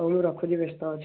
ହଉ ମୁଁ ରଖୁଛି ବ୍ୟସ୍ତ ଅଛି